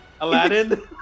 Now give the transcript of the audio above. aladdin